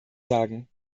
sagen